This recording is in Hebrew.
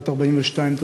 בת 42,